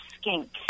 skink